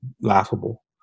laughable